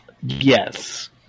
yes